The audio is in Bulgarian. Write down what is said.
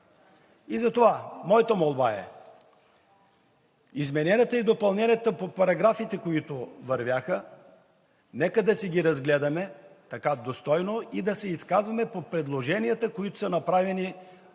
Затова моята молба е: измененията и допълненията по параграфите, които вървяха, нека да си ги разгледаме така достойно и да се изказваме по предложенията, които са направени за